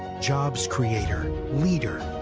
jobs creator. leader.